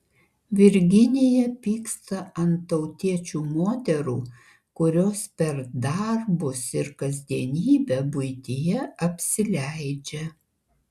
virginija pyksta ant tautiečių moterų kurios per darbus ir kasdienybę buityje apsileidžia